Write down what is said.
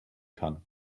kann